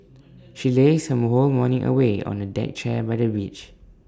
she lazed her whole morning away on A deck chair by the beach